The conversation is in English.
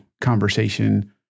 conversation